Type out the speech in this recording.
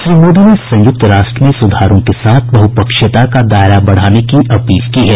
श्री मोदी ने संयुक्त राष्ट्र में सुधारों के साथ बहुपक्षीयता का दायरा बढ़ाने की अपील की है